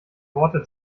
worte